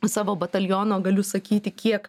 savo bataliono galiu sakyti kiek